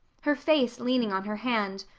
her face leaning on her hand,